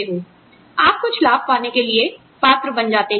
आप कुछ लाभ पाने के लिए पात्र बन जाते हैं